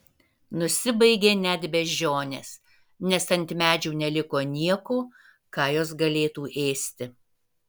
nusibaigė net beždžionės nes ant medžių neliko nieko ką jos galėtų ėsti